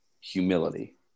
humility